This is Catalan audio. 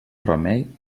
remei